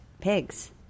pigs